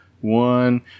one